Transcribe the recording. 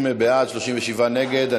30 בעד, 37 נגד.